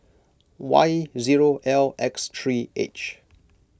Y zero L X three H